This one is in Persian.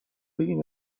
بگیم